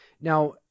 Now